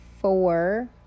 four